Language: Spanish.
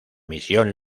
misión